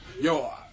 Yo